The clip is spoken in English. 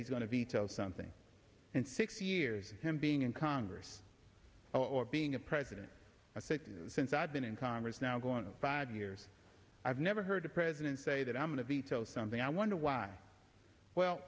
he's going to veto something and six years of him being in congress or being a president a second since i've been in congress now going to five years i've never heard a president say that i'm a veto something i wonder why well